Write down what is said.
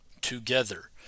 together